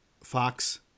Fox